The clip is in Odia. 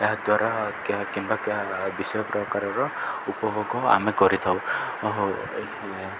ଏହାଦ୍ୱାରା କିମ୍ବା ବିଷୟ ପ୍ରକାରର ଉପଭୋଗ ଆମେ କରିଥାଉ